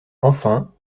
enfin